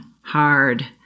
hard